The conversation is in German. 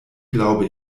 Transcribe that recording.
glaube